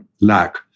lack